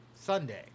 Sunday